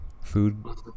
Food